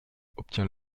obtient